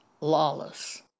lawless